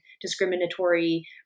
discriminatory